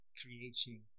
creating